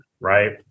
Right